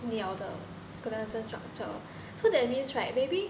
鸟的 skeleton structure so that means right maybe